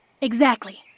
Exactly